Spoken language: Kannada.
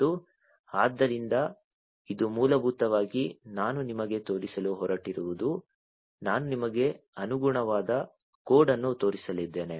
ಮತ್ತು ಆದ್ದರಿಂದ ಇದು ಮೂಲಭೂತವಾಗಿ ನಾನು ನಿಮಗೆ ತೋರಿಸಲು ಹೊರಟಿರುವುದು ನಾನು ನಿಮಗೆ ಅನುಗುಣವಾದ ಕೋಡ್ ಅನ್ನು ತೋರಿಸಲಿದ್ದೇನೆ